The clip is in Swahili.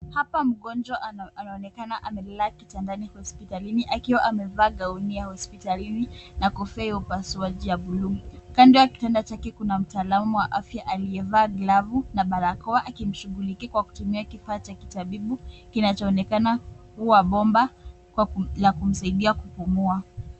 Hapa mgonjwa anaonekana amelala kitandani hospitalini akiwa amevaa gauni ya hospitalini na kofia ya upasuaji ya blue . Kando ya kitanda chake kuna mtaalamu wa afya aliyevaa glavu na barakoa akimshughulikia kwa kutumia kifaa cha kitabibu kinachoonekana kuwa bomba la kumsaidia kupumua.